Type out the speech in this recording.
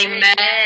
Amen